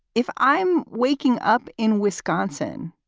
if i'm waking up in wisconsin,